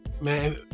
man